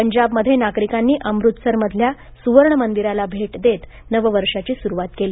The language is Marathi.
पंजाबमध्ये नागरिकांनी अमृतसरमधल्या सुवर्ण मंदिराला भेट देत नव वर्षाची सुरुवात केली